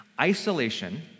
Isolation